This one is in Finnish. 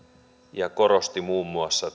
ja korosti muun muassa